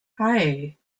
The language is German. hei